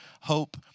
hope